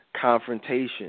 confrontation